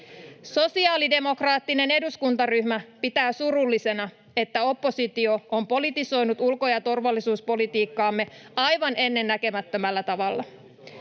Sosiaalidemokraattinen eduskuntaryhmä pitää surullisena, että oppositio on politisoinut ulko- ja turvallisuuspolitiikkaamme aivan ennennäkemättömällä tavalla.